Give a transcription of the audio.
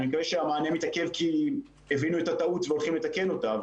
אני מקווה שהמענה מתעכב כי הבינו את הטעות והולכים לתקן אותה.